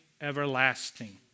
everlasting